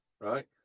Right